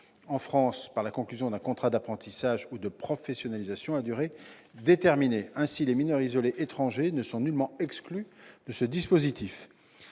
en France pour la conclusion d'un contrat d'apprentissage ou de professionnalisation à durée déterminée. » Ainsi, les mineurs isolés étrangers ne sont nullement exclus de cette disposition.